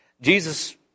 Jesus